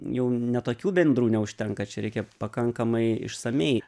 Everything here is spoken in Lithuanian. jau ne tokių bendrų neužtenka čia reikia pakankamai išsamiai